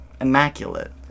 Immaculate